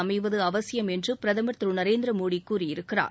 அமைவது அவசியம்என்றுபிரதுர்திரு நரேந்திர மோடி கூறியிருக்கிறார்